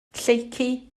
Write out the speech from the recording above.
lleucu